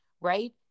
right